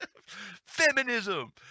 feminism